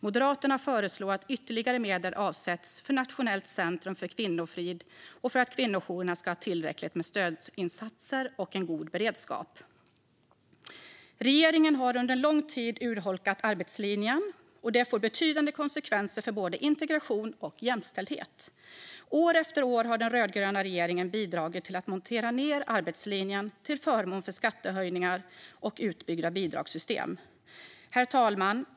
Moderaterna föreslår att ytterligare medel avsätts för Nationellt centrum för kvinnofrid och för att kvinnojourerna ska ha tillräckligt med stödinsatser och en god beredskap. Regeringen har under lång tid urholkat arbetslinjen, och det får betydande konsekvenser för både integration och jämställdhet. År efter år har den rödgröna regeringen bidragit till att montera ned arbetslinjen till förmån för skattehöjningar och utbyggda bidragssystem. Herr talman!